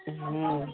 ହୁଁ ବା